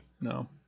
No